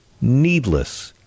needless